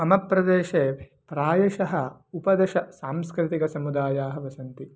मम प्रदेशे प्रायशः उपदश सांस्कृतिकसमुदायाः वसन्ति